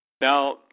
Now